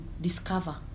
discover